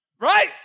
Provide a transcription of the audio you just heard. Right